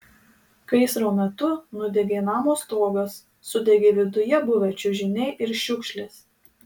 gaisro metu nudegė namo stogas sudegė viduje buvę čiužiniai ir šiukšlės